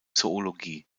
zoologie